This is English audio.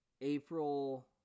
April